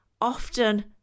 often